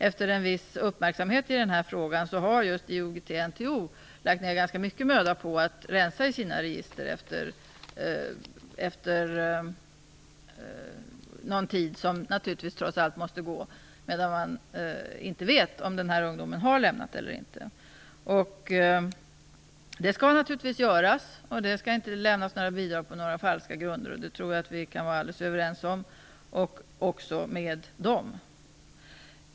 Efter en viss uppmärksamhet i den här frågan har just IOGT-NTO lagt ner ganska mycket möda på att rensa i sina register efter en tid - trots allt vet man ju först efter en tid vilka ungdomar som lämnat organisationer eller inte - och det skall naturligtvis göras. Det skall inte lämnas bidrag på falska grunder. Där tror jag att vi kan vara alldeles överens, även med dem.